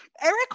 Eric